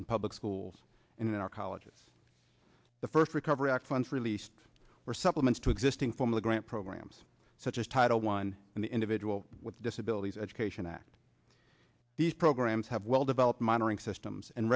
in public schools and in our colleges the first recovery act funds released were supplements to existing formula grant programs such as title one and the individual with disabilities education act these programs have well developed minoring systems and